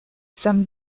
san